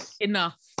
enough